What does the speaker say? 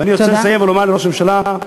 ואני רוצה לסיים ולומר לראש הממשלה: